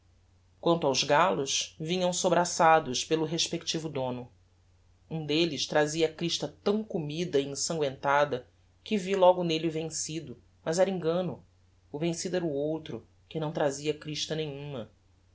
quanto aos gallos vinham sobraçados pelo respectivo dono um delles trazia a crista tão comida e ensanguentada que vi logo nelle o vencido mas era engano o vencido era o outro que não trazia crista nenhuma